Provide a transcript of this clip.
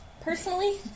personally